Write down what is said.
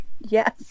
yes